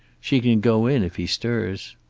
she can go in if he stirs.